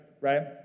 Right